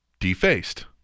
Defaced